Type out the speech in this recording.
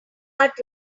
art